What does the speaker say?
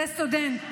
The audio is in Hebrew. זה סטודנט